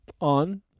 on